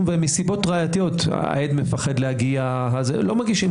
ומסיבות ראייתיות העד מפחד להגיע ולא מגישים.